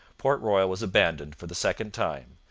port royal was abandoned for the second time,